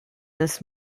des